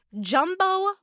jumbo